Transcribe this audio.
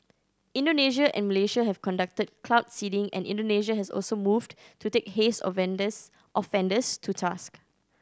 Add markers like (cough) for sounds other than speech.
Indonesia and Malaysia have conducted cloud seeding and Indonesia has also moved to take haze (unintelligible) offenders to task